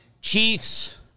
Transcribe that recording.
Chiefs